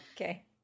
okay